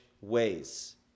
ways